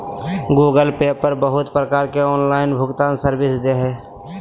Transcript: Google Pay पर बहुत प्रकार के ऑनलाइन भुगतान सर्विस दे हय